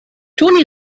toni